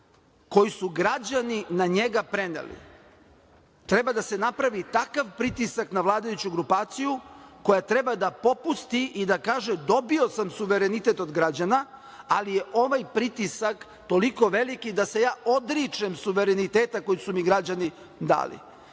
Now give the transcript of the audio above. koji su građani na njega preneli, treba da se napravi takav pritisak na vladajuću grupaciju koja treba da popusti i da kaže – dobio sam suverenitet od građana, ali je ovaj pritisak toliko veliki da se ja odričem suvereniteta koji su mi građani dali. Zato